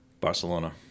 Barcelona